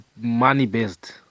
money-based